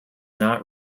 not